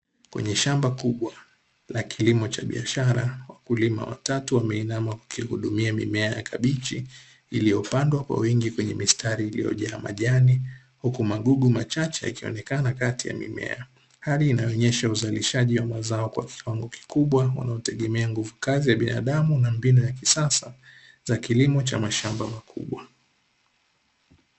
Kwenye shamba kubwa la kilimo cha biashara, wakulima watatu wameinama wakihudumia mimea ya kabichi; iliyopandwa kwa wingi kwenye mistari iliyojaa majani. Huku magugu machache yakionekana kati ya mimea. Hali hii inaonesha uzalishaji wa mazao kwa kiwango kikubwa, unaotegemea nguvu kazi ya binadamu na mbinu ya kisasa za kilimo cha mashamba makubwa.